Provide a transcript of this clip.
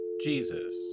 Jesus